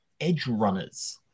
Edgerunners